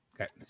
Okay